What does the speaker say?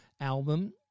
album